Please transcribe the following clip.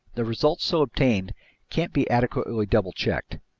the results so obtained can't be adequately double-checked.